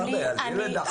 אני בן 70,